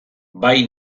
bai